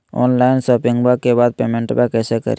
Online शोपिंग्बा के बाद पेमेंटबा कैसे करीय?